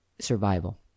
survival